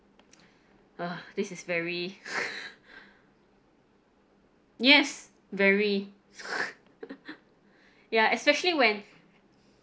!ugh! this is very yes very ya especially when